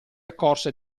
accorse